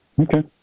Okay